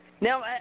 Now